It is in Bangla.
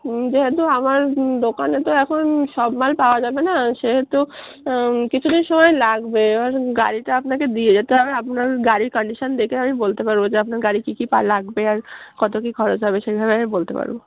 যেহেতু আমার দোকানে তো এখন সব মাল পাওয়া যাবে না সেহেতু কিছুদিন সময় লাগবে এবার গাড়িটা আপনাকে দিয়ে যেতে হবে আপনার গাড়ির কন্ডিশান দেখে আমি বলতে পারবো যে আপনার গাড়ি কী কী পার্ট লাগবে আর কত কী খরচ হবে সেইভাবে আমি বলতে পারবো